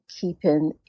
keeping